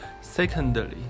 Secondly